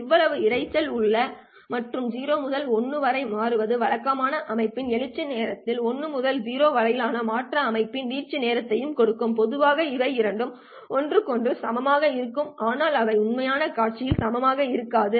எவ்வளவு இரைச்சல் உள்ளது மற்றும் 0 முதல் 1 வரை மாறுவது வழக்கமாக அமைப்பின் எழுச்சி நேரத்தையும் 1 முதல் 0 வரையிலான மாற்றம் அமைப்பின் வீழ்ச்சி நேரத்தையும் கொடுக்கும் பொதுவாக இவை இரண்டும் ஒன்றுக்கொன்று சமமாக இருக்கும் ஆனால் அவை உண்மையான காட்சியில் சமமாக இருக்காது